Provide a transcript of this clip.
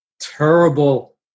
Terrible